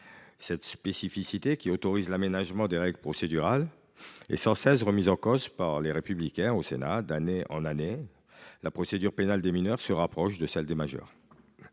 Cette spécificité, qui autorise l’aménagement des règles procédurales, est sans cesse remise en cause par le groupe Les Républicains du Sénat. Ainsi, d’année en année, la procédure pénale des mineurs se rapproche de celle des majeurs.